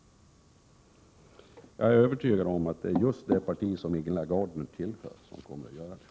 Jag är övertygad om att det är just det parti som Ingela Gardner tillhör som kommer att göra det.